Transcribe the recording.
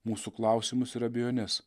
mūsų klausimus ir abejones